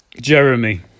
jeremy